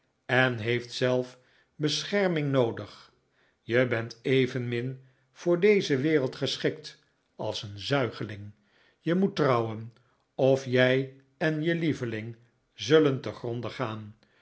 en heeft zelf bescherming noodig je bent evenmin voor deze wereld geschikt als een zuigeling je moet trouwen of jij en je lieveling zullen te